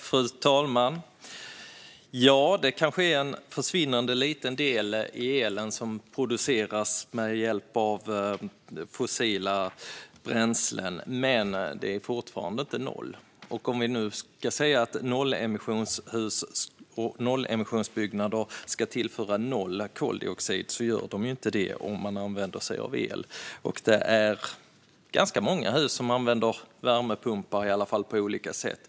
Fru talman! Det kanske är en försvinnande liten del av elen som produceras med hjälp av fossila bränslen, men det är fortfarande inte noll. Nollemissionsbyggnader ska tillföra noll koldioxid, men det gör de ju inte om man använder sig av el. Det är ganska många hus som använder värmepumpar på olika sätt.